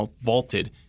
vaulted